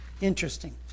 Interesting